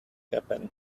happen